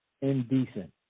indecent